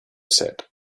said